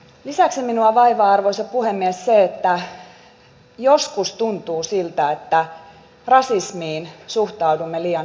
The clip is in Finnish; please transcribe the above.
lisäksi minua vaivaa arvoisa puhemies se että joskus tuntuu siltä että rasismiin suhtaudumme liian yliolkaisesti